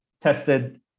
tested